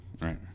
Right